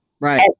Right